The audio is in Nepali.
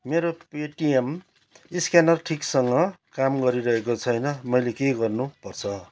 मेरो पेटिएम स्क्यानर ठिकसँग काम गरिरहेको छैन मैले के गर्नुपर्छ